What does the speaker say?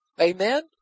amen